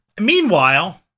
Meanwhile